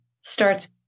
starts